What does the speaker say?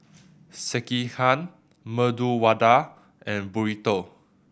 Sekihan Medu Vada and Burrito